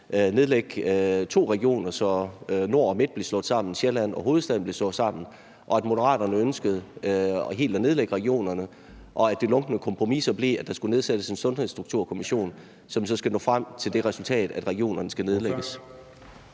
ville nedlægge to regioner, så Region Nordjylland og Region Midtjylland blev slået sammen og Region Sjælland og Region Hovedstaden blev slået sammen, og hvor Moderaterne ønskede helt at nedlægge regionerne, og hvor det lunkne kompromis så blev, at der skulle nedsættes en sundhedsstrukturkommission, som så skal nå frem til det resultat, at regionerne skal nedlægges.